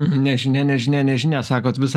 nežinia sakote visa tai kas vyksta